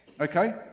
okay